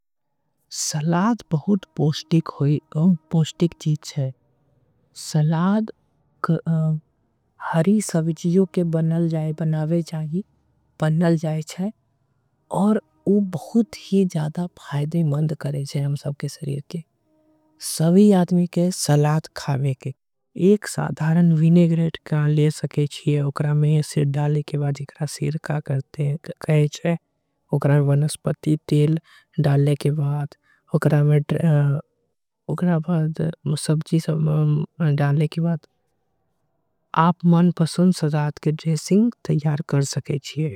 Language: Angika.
सलाद बहुत पॉष्टिक होई वह पॉष्टिक चीज़ है सलाद। हरी सभी चीज़ों के बनल जाए बनावे जाए बनल जाएच्छाए और वो बहुत। ही ज़्यादा पाइदमिमंद करेजे हैं हम सबके सरीर के सभी आदमी के। सलाद खावे के एक साधारन वीने ग्रेट के लिए सके चीज़ है उकरा में। सिर्ड डाले के बाद उकरा सिर्ड का करते हैं उकरा वनस्पती तेल डाले। के बाद उकरा में सबजी डाले। के बाद आप मन पसंद सलाद के जेसिंग तयार कर सके चीज़ है।